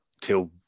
till